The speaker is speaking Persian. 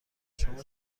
شما